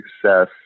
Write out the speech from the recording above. success